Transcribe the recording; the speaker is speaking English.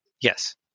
Yes